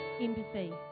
empathy